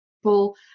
people